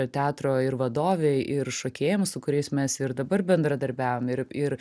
teatro ir vadovei ir šokėjams su kuriais mes ir dabar bendradarbiaujam ir ir